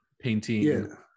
painting